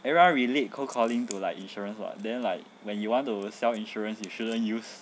everyone relate cold calling to like insurance [what] then like when you want to sell insurance you shouldn't use